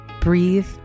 breathe